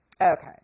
Okay